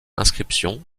inscriptions